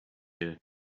here